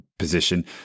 position